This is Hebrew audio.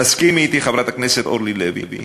תסכימי אתי, חברת הכנסת אורלי לוי,